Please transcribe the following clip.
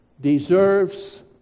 deserves